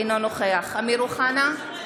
אינו נוכח אמיר אוחנה,